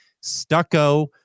stucco